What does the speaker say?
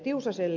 tiusaselle